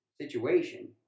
situation